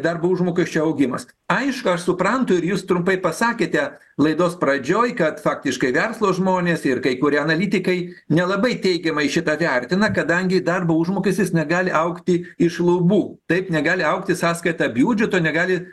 darbo užmokesčio augimas aišku aš suprantu ir jūs trumpai pasakėte laidos pradžioj kad faktiškai verslo žmonės ir kai kurie analitikai nelabai teigiamai šitą vertina kadangi darbo užmokestis negali augti iš lubų taip negali augti sąskaita biudžeto negali